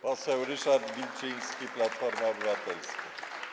Poseł Ryszard Wilczyński, Platforma Obywatelska.